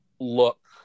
look